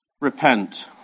repent